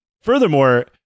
furthermore